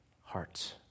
hearts